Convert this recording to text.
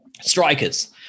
Strikers